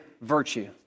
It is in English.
virtue